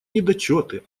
недочеты